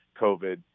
COVID